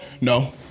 no